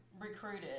recruited